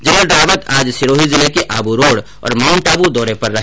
general Rawat आज सिरोही जिले के आबूरोड़ और माउंटआबू दौरे पर रहे